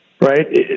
right